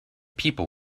people